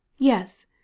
Yes